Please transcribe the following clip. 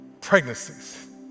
pregnancies